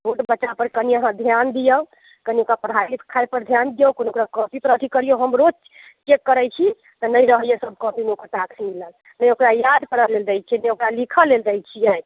ओ बच्चा पर कनि अहाँ ध्यान दिऔ कनि ओकरा पढ़ाइ लिखाइ पर ध्यान दिऔ कनि ओकरा कॉपी पर अथी करियौ हम रोज चेक करैत छी तऽ नहि रहैया सब कॉपीमे ओकर टास्क मिलल नहि ओकरा याद करऽ लेल दै छियै नहि ओकरा लिखऽ लेल दै छियै